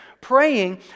praying